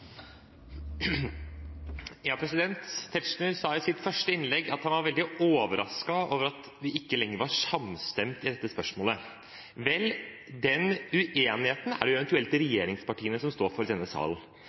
Tetzschner sa i sitt første innlegg at han var veldig overrasket over at vi ikke lenger var samstemt i dette spørsmålet. Vel, den uenigheten er det eventuelt regjeringspartiene som står for i denne salen.